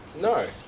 No